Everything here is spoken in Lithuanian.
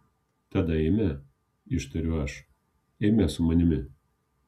tada eime ištariu aš eime su manimi